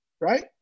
right